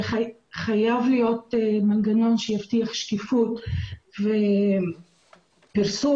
וחייב להיות מנגנון שיבטיח שקיפות ופרסום